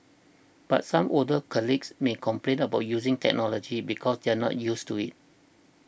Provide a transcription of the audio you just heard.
but some older colleagues may complain about using technology because they are not used to it